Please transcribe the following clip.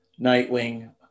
Nightwing